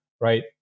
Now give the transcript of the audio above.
right